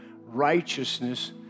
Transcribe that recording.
righteousness